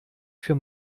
für